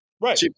Right